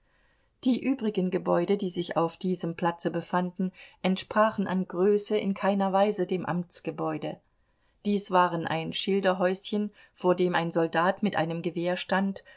die übrigen gebäude die sich auf diesem platze befanden entsprachen an größe in keiner weise dem amtsgebäude dies waren ein schilderhäuschen vor dem ein soldat mit einem gewehr stand